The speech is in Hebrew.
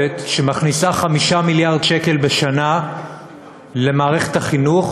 שמכניסה 5 מיליארד שקל בשנה למערכת החינוך,